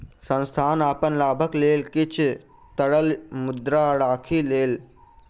संस्थान अपन लाभक लेल किछ तरल मुद्रा राइख लेलक